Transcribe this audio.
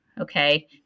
Okay